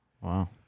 Wow